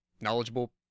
Knowledgeable